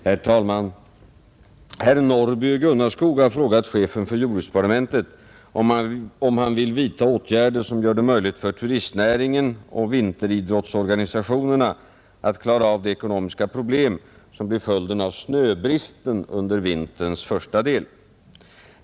Herr talman! Herr Norrby i Gunnarskog har frågat chefen för jordbruksdepartementet om han vill vidtaga åtgärder som gör det möjligt för turistnäringen och vinteridrottsorganisationerna att klara av de ekonomiska problem som blir följden av snöbristen under vinterns första del.